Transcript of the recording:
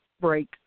break